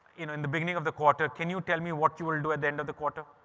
in the beginning of the quarter, can you tell me what you will do at the end of the quarter?